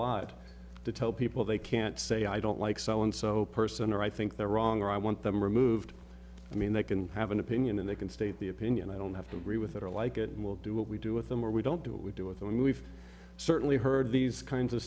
lot to tell people they can't say i don't like so and so person or i think they're wrong or i want them removed i mean they can have an opinion and they can state the opinion i don't have to agree with it or like it will do what we do with them or we don't do what we do with them we've certainly heard these kinds of